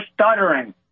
stuttering